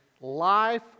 life